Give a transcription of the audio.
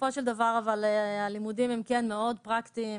בסופו של דבר הלימודים הם כן מאוד פרקטיים,